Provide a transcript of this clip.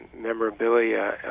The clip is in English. memorabilia